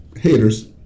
haters